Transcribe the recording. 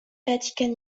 vatican